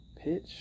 pitch